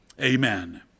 Amen